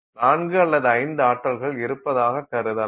4 அல்லது 5 ஆற்றல்கள் இருப்பதாக கருதலாம்